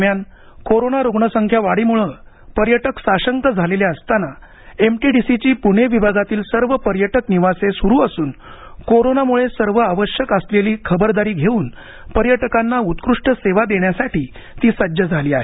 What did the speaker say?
दरम्यान कोरोना रुग्णसंख्या वाढीमुळे पर्यटक साशंक झालेले असताना एमटीडीसीची पुणे विभागातील सर्व पर्यटक निवास सुरू असून कोरोनामुळे सर्व आवश्यक असलेली खबरदारी घेऊन पर्यटकांना उत्कृष्ट सेवा देण्यासाठी ती सज्ज झाली आहेत